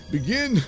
Begin